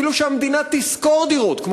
אפילו שהמדינה תשכור דירות,